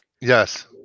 Yes